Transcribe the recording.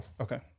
Okay